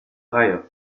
reihe